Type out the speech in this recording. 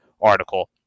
article